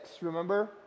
Remember